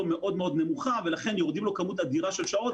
מאוד-מאוד נמוכה ולכן יורדת לו כמות אדירה של שעות,